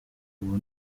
ubu